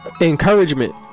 Encouragement